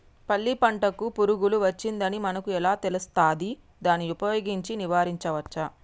పల్లి పంటకు పురుగు వచ్చిందని మనకు ఎలా తెలుస్తది దాన్ని ఉపయోగించి నివారించవచ్చా?